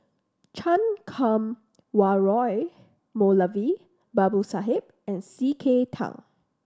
Chan Kum Wah Roy Moulavi Babu Sahib and C K Tang